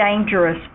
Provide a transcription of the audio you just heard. dangerous